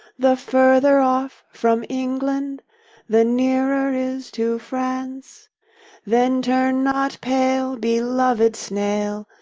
the further off from england the nearer is to france then turn not pale, beloved snail,